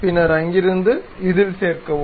பின்னர் அங்கிருந்து இதில் சேர்க்கவும்